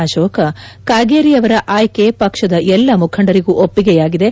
ಅಶೋಕ್ ಕಾಗೇರಿಯವರ ಆಯ್ಕೆ ಪಕ್ಷದ ಎಲ್ಲ ಮುಖಂಡರಿಗೂ ಒಪ್ಪಿಗೆಯಾಗಿದೆ